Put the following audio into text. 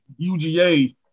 UGA